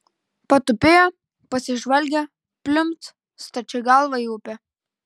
patupėjo pasižvalgė pliumpt stačia galva į upę